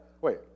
Wait